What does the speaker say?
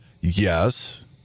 Yes